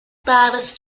powers